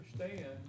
understand